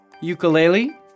Ukulele